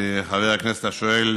חבר הכנסת השואל